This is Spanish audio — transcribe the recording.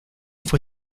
fue